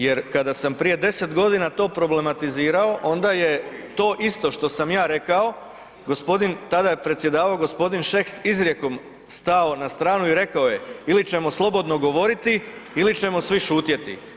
Jer kada sam prije 10 godina to problematizirao onda je to isto što sam ja rekao, gospodin, tada je predsjedavao g. Šeks izrijekom stao na stranu i rekao je ili ćemo slobodno govoriti ili ćemo svi šutjeti.